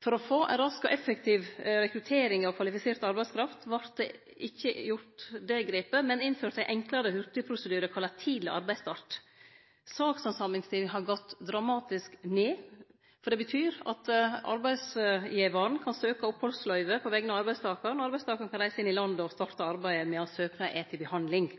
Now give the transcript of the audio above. For å få ei rask og effektiv rekruttering av kvalifisert arbeidskraft vart ikkje det grepet teke, men det vart innført ein enklare hurtigprosedyre kalla tidleg arbeidsstart. Sakshandsamingstida har gått dramatisk ned, for det betyr at arbeidsgivaren kan søkje løyve om opphald på vegner av arbeidstakaren. Arbeidstakaren kan reise inn i landet og starte arbeidet medan søknaden er til handsaming.